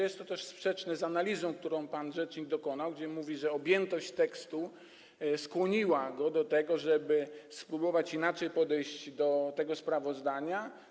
Jest to sprzeczne z analizą, której pan rzecznik dokonał, w której mówi, że objętość tekstu skłoniła go do tego, żeby spróbować inaczej podejść do tego sprawozdania.